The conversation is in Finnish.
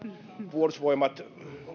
puolustusvoimat